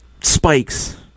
Spikes